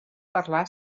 parlar